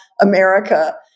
America